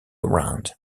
around